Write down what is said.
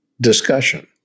discussion